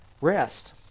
rest